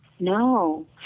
No